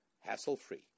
hassle-free